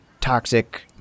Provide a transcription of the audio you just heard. toxic